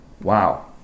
Wow